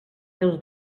seus